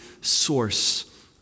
source